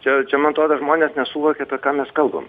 čia čia man atrodo žmonės nesuvokia apie ką mes kalbam